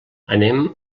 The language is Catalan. anem